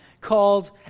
called